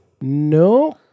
No